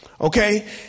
Okay